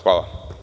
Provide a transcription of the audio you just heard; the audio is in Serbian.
Hvala.